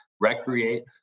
recreate